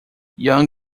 young